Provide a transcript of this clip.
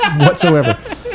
whatsoever